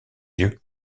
yeux